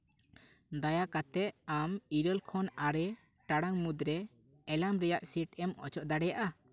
ᱫᱟᱭᱟᱠᱟᱛᱮ ᱟᱢ ᱤᱨᱟᱹᱞ ᱠᱷᱚᱱ ᱟᱨᱮ ᱴᱟᱲᱟᱝ ᱢᱩᱫᱽ ᱨᱮ ᱮᱞᱟᱨᱢ ᱨᱮᱭᱟᱜ ᱥᱮᱹᱴᱮᱢ ᱚᱪᱚᱜ ᱫᱟᱲᱮᱭᱟᱜᱼᱟ